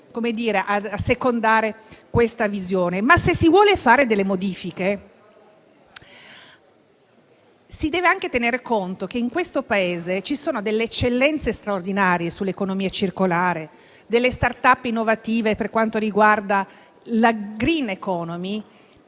assecondare questa visione. Ma, se si vogliono fare delle modifiche, si deve anche tener conto che in questo Paese ci sono delle eccellenze straordinarie sull'economia circolare, ci sono delle *start-up* innovative per quanto riguarda la *green economy*,